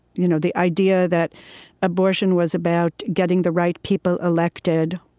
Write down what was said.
you know the idea that abortion was about getting the right people elected,